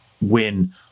win